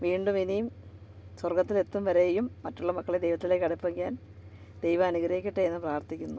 വീണ്ടും ഇനിയും സ്വർഗ്ഗത്തിലെത്തും വരെയും മറ്റുള്ള മക്കളെ ദൈവത്തിലേക്കടുപ്പിക്കാൻ ദൈവം അനുഗ്രഹിക്കട്ടെ എന്ന് പ്രാർത്ഥിക്കുന്നു